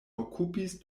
okupis